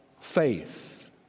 faith